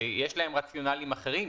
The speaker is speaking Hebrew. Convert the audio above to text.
שיש להם רציונליים אחרים.